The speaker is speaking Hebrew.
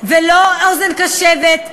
ולא אוזן קשבת,